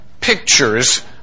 pictures